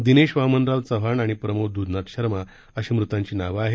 दिनेश वामनराव चव्हाण आणि प्रमोद द्धनाथ शर्मा अशी मृतांची नावे आहेत